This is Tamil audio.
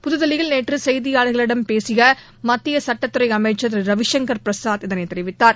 புதுதில்லியில் நேற்று செய்தியாளர்களிடம் பேசிய மத்திய சுட்டத்துறை அமைச்சர் திரு ரவிசங்கர் பிரசாத் இதனைத் தெரிவித்தார்